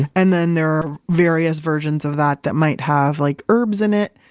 and then there are various versions of that that might have like herbs in it.